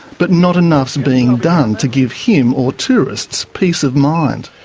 but not enough's being done to give him or tourists peace of mind.